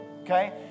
okay